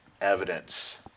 evidence